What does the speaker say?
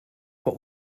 what